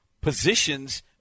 positions